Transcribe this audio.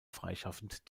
freischaffend